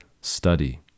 study